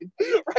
right